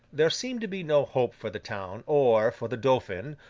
there seemed to be no hope for the town, or for the dauphin,